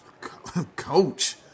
Coach